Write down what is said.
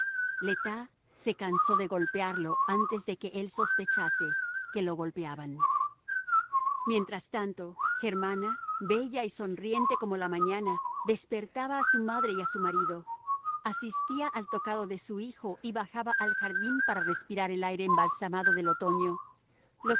tas se cansó de golpearlo antes de que él sospechase que lo golpeaban mientras tanto germana bella y sonriente como la mañana despertaba a su madre y a su marido asistía al tocado de su hijo y bajaba al jardín para respirar el aire embalsamado del otoño los